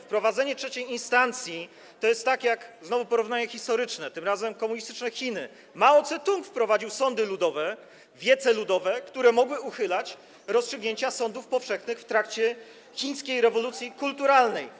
Wprowadzenie trzeciej instancji to jest tak - znowu porównanie historyczne, tym razem komunistyczne Chiny: Mao Tse-tung wprowadził sądy ludowe, wiece ludowe, które mogły uchylać rozstrzygnięcia sądów powszechnych w trakcie chińskiej rewolucji kulturalnej.